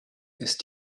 ist